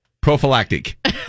prophylactic